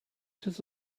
does